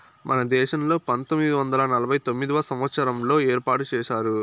మన దేశంలో పంతొమ్మిది వందల నలభై తొమ్మిదవ సంవచ్చారంలో ఏర్పాటు చేశారు